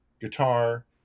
guitar